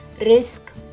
risk